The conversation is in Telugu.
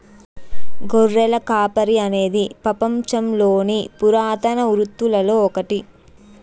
గొర్రెల కాపరి అనేది పపంచంలోని పురాతన వృత్తులలో ఒకటి